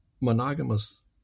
monogamous